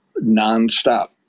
nonstop